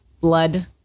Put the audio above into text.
blood